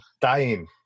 dying